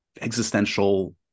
existential